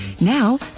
Now